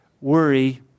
worry